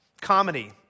Comedy